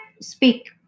speak